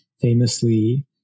famously